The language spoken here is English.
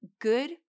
good